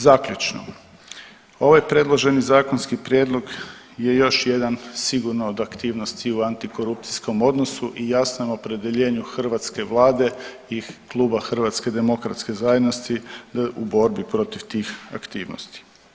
Zaključno, ovaj predloženi zakonski prijedlog je još jedan sigurno od aktivnosti u antikorupcijskom odnosu i jasnom opredjeljenju hrvatske vlade i kluba HDZ-a u borbi protiv tih aktivnosti.